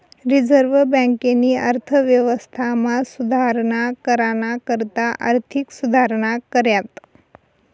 reserve बँकेनी अर्थव्यवस्थामा सुधारणा कराना करता आर्थिक सुधारणा कऱ्यात